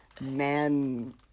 man